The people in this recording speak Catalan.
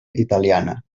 italiana